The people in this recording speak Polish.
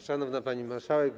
Szanowna Pani Marszałek!